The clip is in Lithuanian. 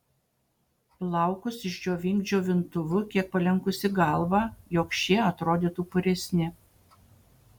plaukus išdžiovink džiovintuvu kiek palenkusi galvą jog šie atrodytų puresni